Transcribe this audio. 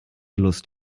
lust